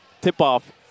tip-off